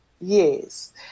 Yes